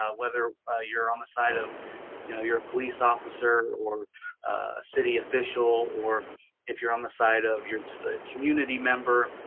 ah whether ah you're on the side of you know your police officer or city official or if you're on the side of your community member.